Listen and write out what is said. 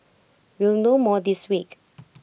we'll know more this week